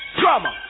drama